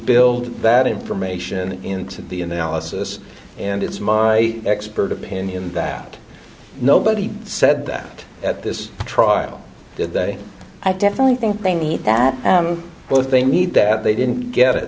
build that information into the analysis and it's my expert opinion that nobody said that at this trial did they i definitely think they need that what they need that they didn't get it